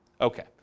okay